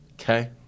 Okay